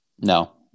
no